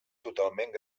totalment